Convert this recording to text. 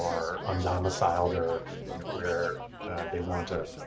are undomiciled or you know where they want ah